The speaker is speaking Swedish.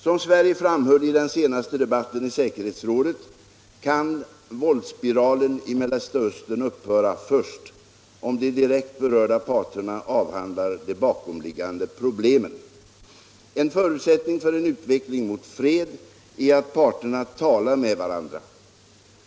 Som Sverige framhöll i den senaste debatten i säkerhetsrådet kan våldsspiralen i Mellanöstern upphöra först om de direkt berörda parterna avhandlar de bakomliggande problemen. En förutsättning för en utveckling mot fred är att parterna talar med varandra.